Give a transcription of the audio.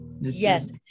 yes